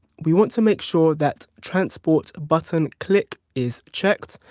we want to make sure that transport button click is checked.